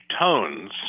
tones